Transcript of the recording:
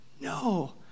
No